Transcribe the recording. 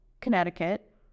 Connecticut